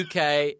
UK